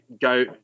go